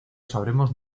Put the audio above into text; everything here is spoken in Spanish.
sabremos